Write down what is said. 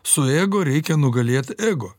su ego reikia nugalėt ego